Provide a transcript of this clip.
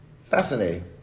Fascinating